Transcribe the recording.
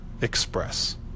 Express